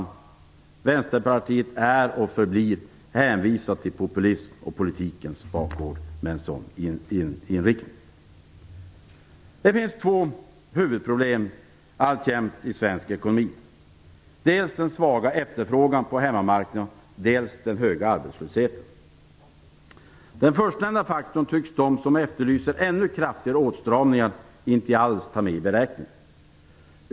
Med en sådan inriktning är och förblir Västerpartiet hänvisat till populism och politikens bakgård. Det finns alltjämt två huvudproblem i svensk ekonomi. Det är dels den svaga efterfrågan på hemmamarknaden, dels den höga arbetslösheten. Den förstnämnda faktorn tycks de som efterlyser ännu kraftigare åtstramningar inte alls ta med i beräkningen.